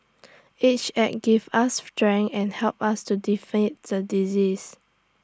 each act gave us strength and helped us to defeat the disease